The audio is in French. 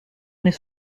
n’est